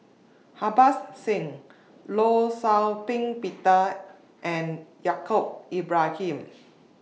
Harbans Singh law Shau Ping Peter and Yaacob Ibrahim